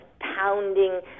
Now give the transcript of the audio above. pounding